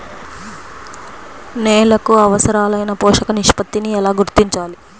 నేలలకు అవసరాలైన పోషక నిష్పత్తిని ఎలా గుర్తించాలి?